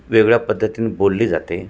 वेगवेगळ्या पद्धतीने बोलली जाते